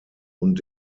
und